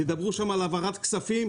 ידברו שם על העברת כספים,